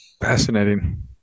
fascinating